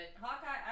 Hawkeye